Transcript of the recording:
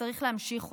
וצריך להמשיך אותה.